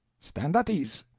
stand at ease!